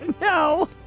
No